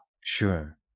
sure